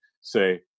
say